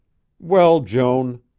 well, joan,